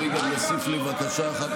אדוני גם יוסיף לי, בבקשה.